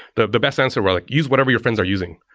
the the best answer were like use whatever your friends are using,